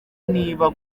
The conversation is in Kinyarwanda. niba